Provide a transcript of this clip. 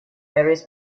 irish